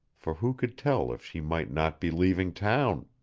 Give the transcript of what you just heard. for who could tell if she might not be leaving town!